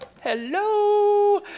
Hello